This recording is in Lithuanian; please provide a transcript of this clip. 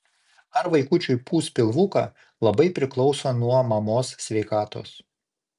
ar vaikučiui pūs pilvuką labai priklauso nuo mamos sveikatos